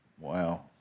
Wow